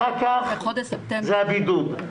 --- אחר כך זה הבידוד.